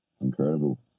Incredible